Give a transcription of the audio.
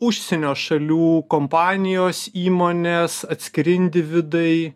užsienio šalių kompanijos įmonės atskiri individai